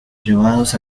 llevados